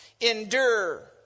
endure